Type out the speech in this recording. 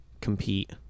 compete